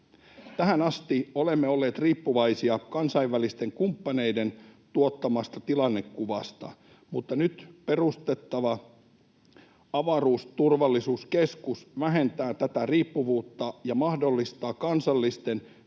Tähän asti olemme olleet riippuvaisia kansainvälisten kumppaneiden tuottamasta tilannekuvasta, mutta nyt perustettava avaruusturvallisuuskeskus vähentää tätä riippuvuutta ja mahdollistaa kansallisten